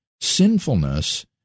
sinfulness